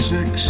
Six